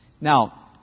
Now